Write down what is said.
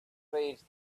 reach